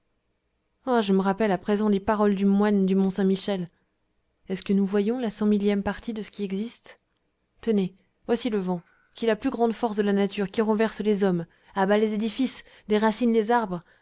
oh je me rappelle à présent les paroles du moine du mont saint-michel est-ce que nous voyons la cent millième partie de ce qui existe tenez voici le vent qui est la plus grande force de la nature qui renverse les hommes abat les édifices déracine les arbres